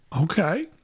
Okay